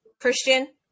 Christian